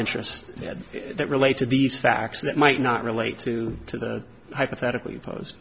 interest that relate to these facts that might not relate to the hypothetically pose